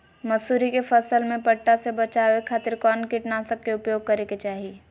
मसूरी के फसल में पट्टा से बचावे खातिर कौन कीटनाशक के उपयोग करे के चाही?